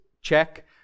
Check